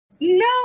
No